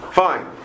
fine